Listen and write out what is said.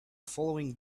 following